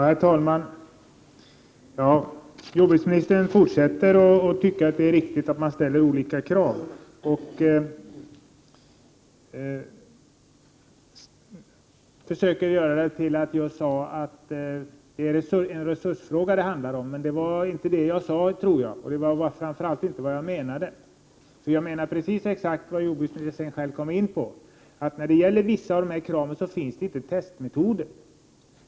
Herr talman! Jordbruksministern fortsätter att tycka att det är riktigt att man ställer olika krav. Han försökte göra gällande att jag sade att det är en resursfråga. Det var inte vad jag sade, framför allt inte vad jag menade. För jag menar exakt vad jordbruksministern själv kom in på, nämligen att det för vissa av dessa krav inte finns testmetoder.